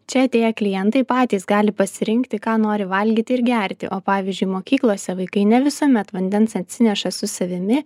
čia atėję klientai patys gali pasirinkti ką nori valgyti ir gerti o pavyzdžiui mokyklose vaikai ne visuomet vandens atsineša su savimi